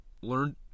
learn